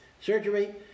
surgery